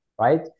right